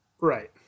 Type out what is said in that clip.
Right